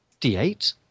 d8